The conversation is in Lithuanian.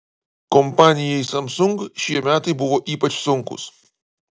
kompanijai samsung šie metai buvo ypač sunkūs